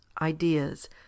ideas